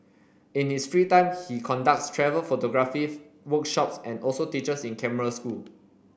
in his free time he conducts travel photography workshops and also teaches in camera school